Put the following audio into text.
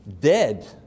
dead